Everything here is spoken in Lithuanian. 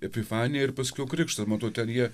epifanija ir paskiau krikštas man atrodo ten jie